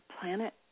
planet